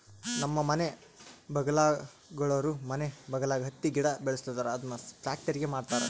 ನಮ್ಮ ಮನೆ ಬಗಲಾಗುಳೋರು ಮನೆ ಬಗಲಾಗ ಹತ್ತಿ ಗಿಡ ಬೆಳುಸ್ತದರ ಅದುನ್ನ ಪ್ಯಾಕ್ಟರಿಗೆ ಮಾರ್ತಾರ